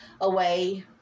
away